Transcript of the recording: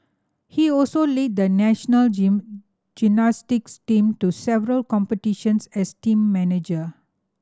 he also led the national gymnastics team to several competitions as team manager